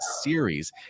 series